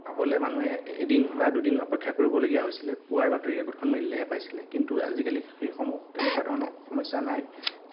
পাবলৈ মানুহে এদিন বা দুদিন অপেক্ষা কৰিবলগীয়া হৈছিলে পুৱাৰ বাতৰি কাকতখন মেলিলেহে পাইছিলে কিন্তু আজিকালি সেইসমূহ তেনেকুৱা ধৰণৰ সমস্যা নাই